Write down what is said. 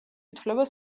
ითვლება